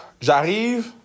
J'arrive